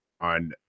on